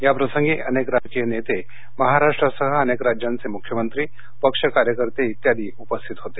याप्रसंगी अनेक राजकीय नेते महाराष्ट्रासह अनेक राज्यांचे मुख्यमंत्री पक्ष कार्यकर्ते इत्यादि उपस्थित होते